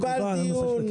הנה, קיבלת דיון.